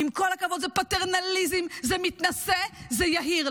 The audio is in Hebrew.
עם כל הכבוד, זה פטרנליזם, זה מתנשא, זה יהיר.